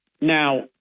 Now